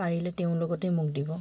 পাৰিলে তেওঁৰ লগতে মোক দিব